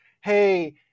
hey